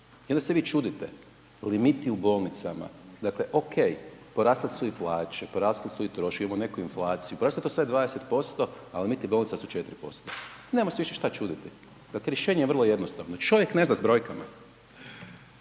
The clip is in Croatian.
onda se vi čudite, limiti u bolnicama, dakle OK, porasle su i plaće, porasli su i troškovi, imamo neku inflaciju, poraslo je to sve 20% a limiti bolnica su 4%. Nemamo se više šta čuditi. Dakle rješenje je vrlo jednostavno, čovjek ne zna sa brojkama.